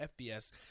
FBS